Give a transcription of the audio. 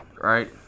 right